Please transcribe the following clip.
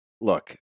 look